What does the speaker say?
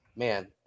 Man